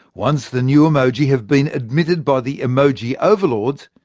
once the new emoji have been admitted by the emoji overlords,